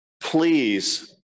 please